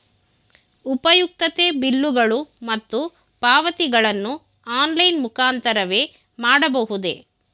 ಉಪಯುಕ್ತತೆ ಬಿಲ್ಲುಗಳು ಮತ್ತು ಪಾವತಿಗಳನ್ನು ಆನ್ಲೈನ್ ಮುಖಾಂತರವೇ ಮಾಡಬಹುದೇ?